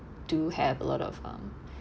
do have a lot of um